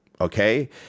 okay